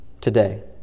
today